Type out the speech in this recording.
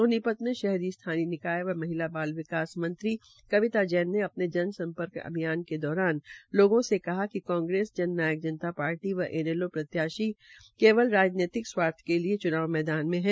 सोनीपत मे शहरी स्थानीय निकाय व महिला विकास मंत्री कविता जैन ने अपने जनसम्पर्क अभियान के दौरान लोगों से कहा कि कांग्रेस जननायक जनता पार्टी व इनैले प्रत्याशी केवल राजनैतिक स्वार्थ के िलये चुनाव मैदान मे है